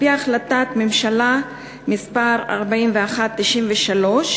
על-פי החלטת ממשלה מס' 4193,